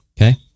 Okay